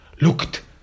looked